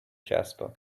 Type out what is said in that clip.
jasper